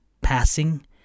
passing